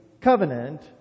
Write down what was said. covenant